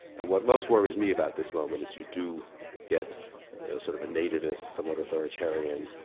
and what most worries me about this moment is you do get sort of a nativist, somewhat authoritarian,